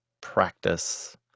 practice